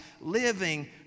living